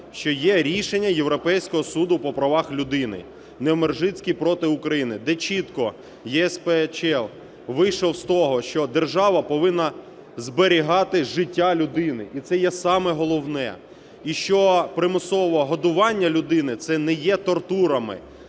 що є рішення Європейського суду по правах людини "Невмержицький проти України", де чітко ЄСПЛ вийшов з того, що держава повинна зберігати життя людини і це є саме головне. І що примусове годування людини – це не є тортурами,